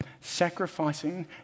sacrificing